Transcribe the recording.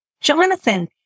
jonathan